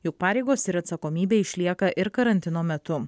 jų pareigos ir atsakomybė išlieka ir karantino metu